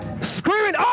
screaming